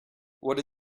what